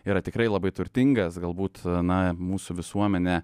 yra tikrai labai turtingas galbūt na mūsų visuomenė